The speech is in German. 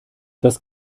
das